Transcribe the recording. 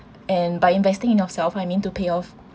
and by investing in yourself I mean to pay off